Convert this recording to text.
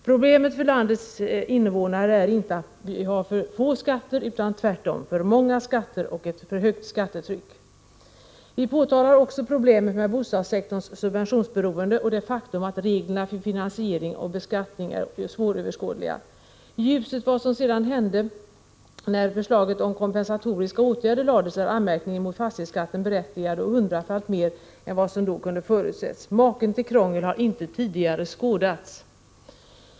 Problemet för landets invånare är inte att man har för få skatter, utan tvärtom: för många skatter och ett för högt skattetryck. Vi påtalade också problemet med bostadssektorns subventionsberoende och det faktum att reglerna för finansiering och beskattning är svåröverskådliga. I ljuset av vad som sedan hände när förslaget om kompensatoriska åtgärder lades fram är anmärkningen mot fastighetsskatten berättigad och hundrafalt mer än vad som då kunde förutses. Maken till krångel har inte tidigare skådats.